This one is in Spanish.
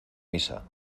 misa